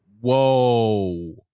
Whoa